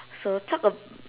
so talk ab~